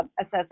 assess